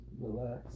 relax